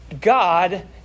God